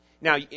Now